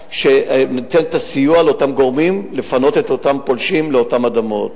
ניתן את הסיוע לאותם גורמים לפנות את אותם פולשים לאותן אדמות.